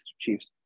Chiefs